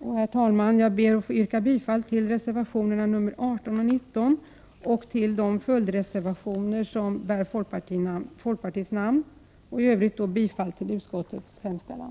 Herr talman! Jag yrkar bifall till reservationerna 18 och 19 och till de följdreservationer som folkpartiet står bakom. I övrigt yrkar jag bifall till utskottets hemställan.